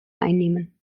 einnehmen